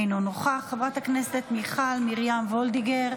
אינו נוכח, חברת הכנסת מיכל מרים וולדיגר,